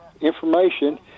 information